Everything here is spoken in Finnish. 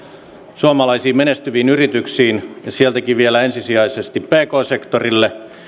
suomalaisiin menestyviin yrityksiin ja niistäkin vielä ensisijaisesti pk sektorille